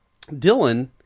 Dylan